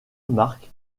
marc